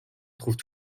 trouvent